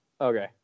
Okay